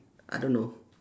I don't know